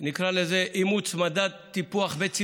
נקרא לזה על אימוץ מדד טיפוח בית ספרי,